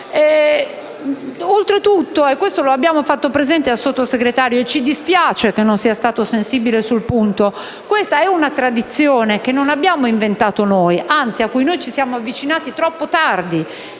Oltretutto - e questo lo abbiamo fatto presente al Sottosegretario e ci dispiace che non sia stato sensibile sul punto - questa è una tradizione che non abbiamo inventato noi, anzi è una tradizione a cui ci siamo avvicinati troppo tardi.